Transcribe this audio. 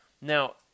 Now